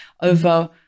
over